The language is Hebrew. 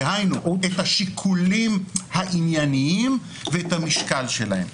דהיינו את השיקולים הענייניים ואת המשקל שלהם.